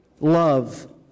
love